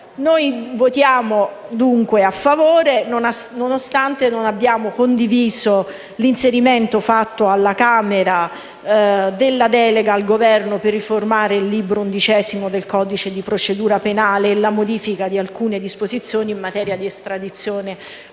Noi voteremo dunque a favore, nonostante non abbiamo condiviso l'inserimento alla Camera della delega al Governo per riformare il libro XI del codice di procedura penale e la modifica di alcune disposizioni in materia di estradizione